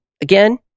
Again